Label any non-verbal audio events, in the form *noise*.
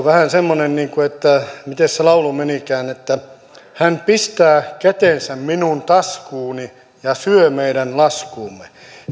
*unintelligible* vähän semmoisia niin kuin mites se laulu menikään hän pistää kätensä minun taskuuni ja syö meidän laskuumme